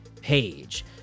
page